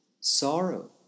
sorrow